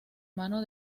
mano